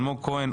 אלמוג כהן,